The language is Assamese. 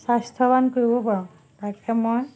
স্বাস্থ্যৱান কৰিব পাৰোঁ তাকে মই